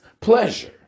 pleasure